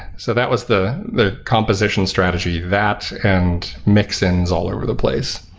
so that was the the composition strategy. that and mixins all over the place.